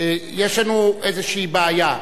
יש לנו איזו בעיה.